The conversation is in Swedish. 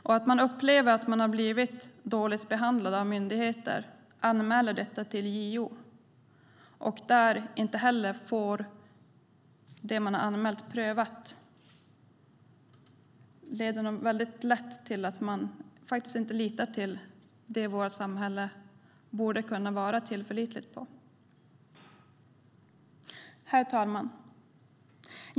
Om man upplever att man har blivit dåligt behandlad av myndigheter och anmäler det till JO och där inte får det prövat leder det nog lätt till att man inte litar på vårt samhälle. Herr talman!